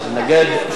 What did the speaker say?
שלוש דקות.